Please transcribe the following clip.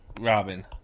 Robin